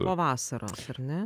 nuo vasaros ar ne